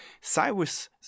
cyrus